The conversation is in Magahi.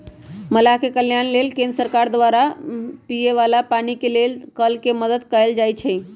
मलाह के कल्याण लेल केंद्र सरकार द्वारा घर दुआर, पिए बला पानी के लेल कल के मदद कएल जाइ छइ